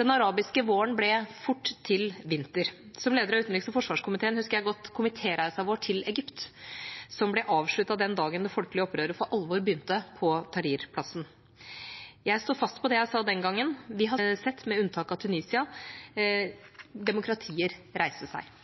Den arabiske våren ble fort til vinter. Som leder av utenriks- og forsvarskomiteen husker jeg godt komitéreisen vår til Egypt, som ble avsluttet den dagen det folkelige opprøret for alvor begynte på Tahrir-plassen. Jeg står fast på det jeg sa den gang: Vi har sett diktaturer falle, men vi har ennå ikke – med unntak av Tunisia – sett demokratier reise seg.